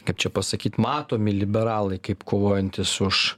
kaip čia pasakyt matomi liberalai kaip kovojantys už